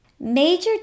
Major